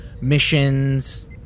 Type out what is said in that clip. missions